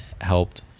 helped